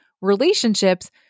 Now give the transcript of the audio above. relationships